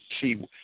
see